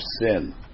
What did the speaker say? sin